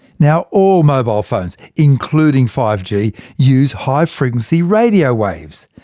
now all mobile phones including five g use high frequency radio waves.